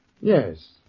Yes